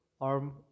arm